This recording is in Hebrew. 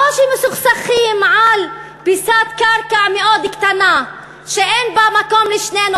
לא שמסוכסכים על פיסת קרקע מאוד קטנה שאין בה מקום לשנינו,